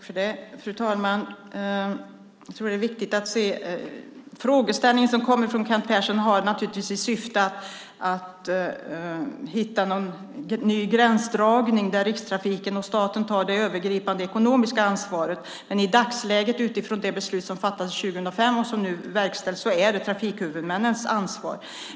Fru talman! Frågeställningen från Kent Persson har naturligtvis till syfte att man ska hitta någon ny gränsdragning där Rikstrafiken och staten tar det övergripande ekonomiska ansvaret. Men i dagsläget, utifrån det beslut som fattades 2005 och som nu verkställs, är det trafikhuvudmännens ansvar.